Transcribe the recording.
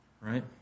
right